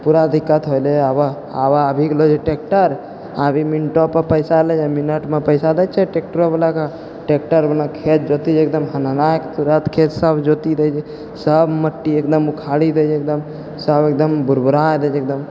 पूरा दिक्कत होइलै आब आबऽ आबि गेलौ जे टैक्टर अभी मिनटोपर पैसा लै छै मिनटमे पैसा दै छै टैक्टरवला के टैक्टरवला खेत जोति एकदम हनहनै कऽ तुरत खेत सब जोति दै हय सब मट्टी एकदम उखाड़ि दै हय सब एकदम बुरबुरा दै हय एकदम